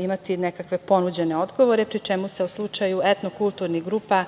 imati nekakve ponuđene odgovore, pri čemu se u slučaju etno-kulturnih grupa